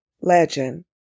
legend